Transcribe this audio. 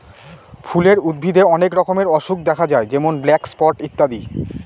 ফুলের উদ্ভিদে অনেক রকমের অসুখ দেখা যায় যেমন ব্ল্যাক স্পট ইত্যাদি